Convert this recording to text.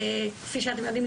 כפי שאתם יודעים,